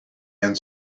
and